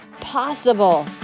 possible